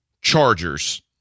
Chargers